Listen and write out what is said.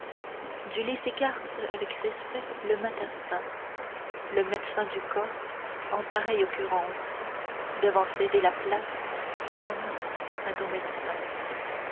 du lit s'écarte avec respect le matassin le médecin du corps en pareille occurrence devant céder la place ame à ton médecin